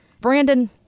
Brandon